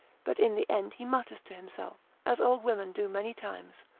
but in the end he mutters to himself, as old women do many times,